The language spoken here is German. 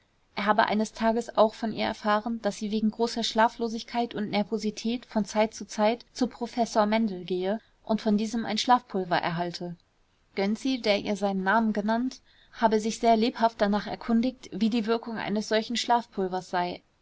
er habe eines tages auch von ihr erfahren daß sie wegen großer schlaflosigkeit und nervosität von zeit zu zeit zu professor mendel gehe und von diesem schlafpulver erhalte gönczi der ihr seinen namen genannt habe sich sehr lebhaft danach erkundigt wie die wirkung eines solchen schlafpulvers sei